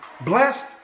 Blessed